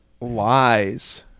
lies